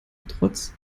trotz